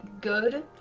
good